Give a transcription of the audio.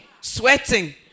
sweating